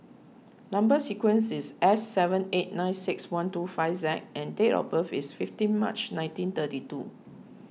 Number Sequence is S seven eight nine six one two five Z and date of birth is fifteen March nineteen thirty two